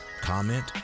comment